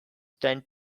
tend